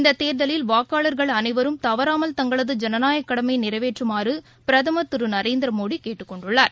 இந்ததேர்தலில் வாக்காளர்கள் அனைவரும் தவறாமல் தங்களது ஜனநாயகக் கடமையைநிறைவேற்றமாறுபிரதமா் திருநரேந்திரமோடிகேட்டுக் கொண்டுள்ளார்